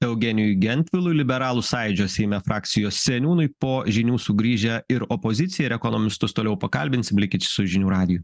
eugenijui gentvilui liberalų sąjūdžio seime frakcijos seniūnui po žinių sugrįžę ir opoziciją ir ekonomistus toliau pakalbinsim likit su žinių radiju